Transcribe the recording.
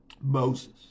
Moses